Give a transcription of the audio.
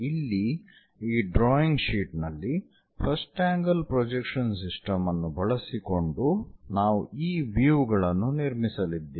ಇಲ್ಲಿ ಈ drawing sheet ನಲ್ಲಿ ಫಸ್ಟ್ ಆಂಗಲ್ ಪ್ರೊಜೆಕ್ಷನ್ ಸಿಸ್ಟಮ್ ಅನ್ನು ಬಳಸಿಕೊಂಡು ನಾವು ಈ ವ್ಯೂ ಗಳನ್ನು ನಿರ್ಮಿಸಲಿದ್ದೇವೆ